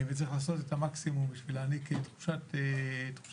וצריך לעשות את המקסימום בשביל להעניק תחושת ביטחון.